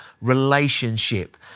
relationship